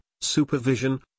Supervision